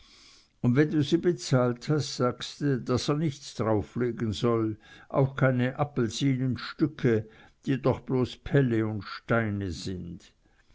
un wenn du sie bezahlt hast sagste daß er nichts drauflegen soll auch keine appelsinenstücke die doch bloß pelle un steine sind